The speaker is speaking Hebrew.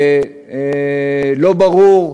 ולא ברור,